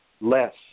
less